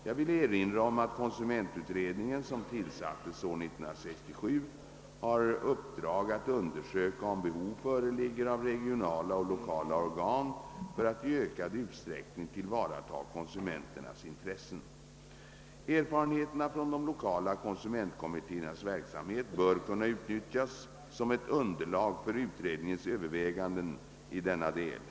Jag vill erinra om att konsumentutredningen, som tillsattes år 1967, har uppdrag att undersöka om behov föreligger av regionala och lokala organ för att i ökad utsträckning tillvarata konsumenternas intressen. Erfarenheterna från de lokala konsumentkommittéernas verksamhet bör kunna utnyttjas som ett underlag för utredningens överväganden i denna del.